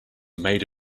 made